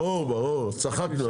ברור, צחקנו.